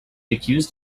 accused